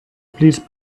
please